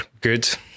good